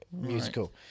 musical